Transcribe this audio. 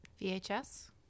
VHS